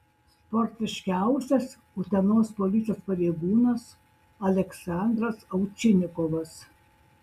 sportiškiausias utenos policijos pareigūnas aleksandras ovčinikovas